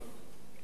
וגדעון,